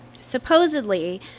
Supposedly